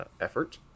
effort